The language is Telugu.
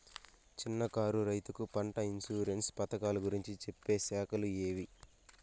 చిన్న కారు రైతుకు పంట ఇన్సూరెన్సు పథకాలు గురించి చెప్పే శాఖలు ఏవి?